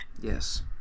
Yes